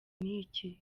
n’iki